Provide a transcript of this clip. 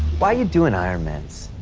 why you doing iron mans?